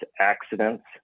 accidents